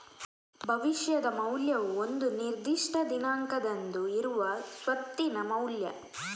ಭವಿಷ್ಯದ ಮೌಲ್ಯವು ಒಂದು ನಿರ್ದಿಷ್ಟ ದಿನಾಂಕದಂದು ಇರುವ ಸ್ವತ್ತಿನ ಮೌಲ್ಯ